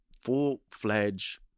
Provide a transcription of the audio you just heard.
full-fledged